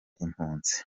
impunzi